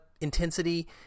intensity